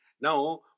Now